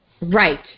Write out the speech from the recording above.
Right